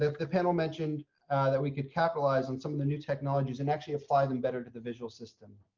the panel mentioned that we could capitalize on some of the new technologies and actually apply them better to the visual system.